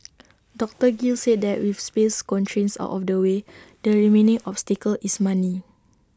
doctor gill said that with space constraints out of the way the remaining obstacle is money